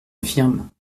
infirme